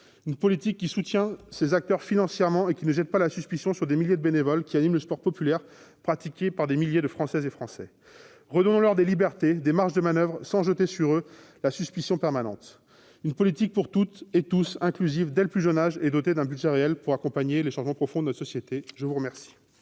une politique qui soutient ces acteurs financièrement et qui ne jette pas une suspicion permanente sur les milliers de bénévoles qui animent le sport populaire pratiqué par des milliers de Françaises et Français. Redonnons-leur des libertés, des marges de manoeuvre. Nous militons en faveur d'une politique inclusive dès le plus jeune âge et dotée d'un budget réel pour accompagner les changements profonds de notre société. La parole